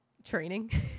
Training